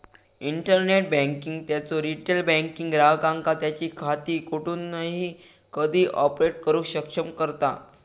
internet banking त्यांचो retail banking ग्राहकांका त्यांची खाती कोठूनही कधीही ऑपरेट करुक सक्षम करता